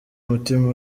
umutima